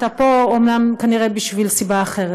אתה פה אומנם כנראה מסיבה אחרת,